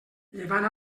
llevant